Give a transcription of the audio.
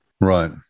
Right